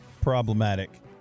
problematic